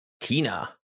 Tina